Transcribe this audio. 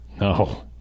No